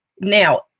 Now